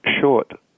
short